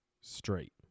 straight